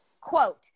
Quote